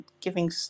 giving